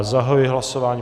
Zahajuji hlasování.